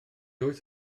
wyth